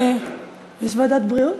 יש ועדת הבריאות?